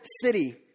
city